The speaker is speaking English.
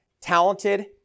talented